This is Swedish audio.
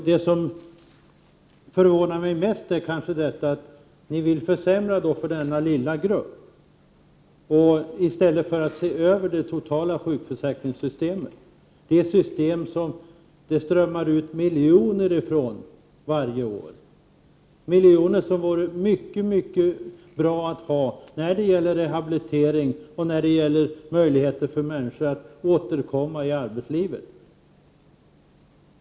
Det som förvånar mig mest är att ni vill försämra för denna lilla grupp i stället för att se över det totala sjukförsäkringssystemet, det system som det varje år strömmar ut miljoner från, miljoner som det vore mycket bra att ha för rehabilitering för att ge människor möjlighet att återkomma i arbetslivet.